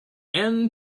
end